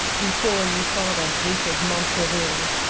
before you saw the hated montraville.